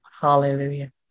Hallelujah